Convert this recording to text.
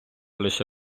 лише